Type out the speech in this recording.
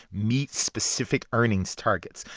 meet specific earnings targets.